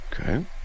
Okay